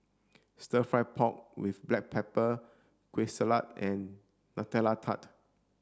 stir fried pork with black pepper Kueh Salat and Nutella Tart